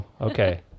Okay